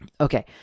okay